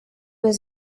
was